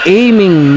aiming